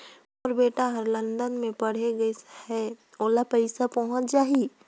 मोर बेटी हर लंदन मे पढ़े गिस हय, ओला पइसा पहुंच जाहि?